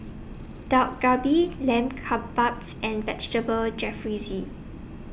Dak Galbi Lamb Kebabs and Vegetable Jalfrezi